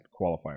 qualifier